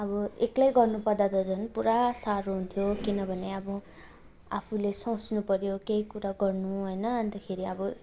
अब एक्लै गर्नु पर्दा त झन् पुरा साह्रो हुन्थ्यो किनभने अब आफूले सोच्नु पऱ्यो केही कुरा गर्नु होइन अन्तखेरि अब